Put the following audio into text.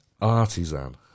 artisan